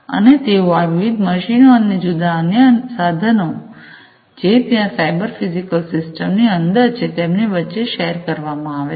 અને તેઓ આ વિવિધ મશીનો અને જુદા જુદા અન્ય સાધનો જે ત્યાં સાયબર ફિઝિકલ સિસ્ટમ ની અંદર છે તેમની વચ્ચે શેર કરવામાં આવશે